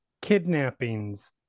kidnappings